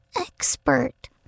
expert